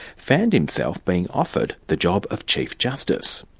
found himself being offered the job of chief justice.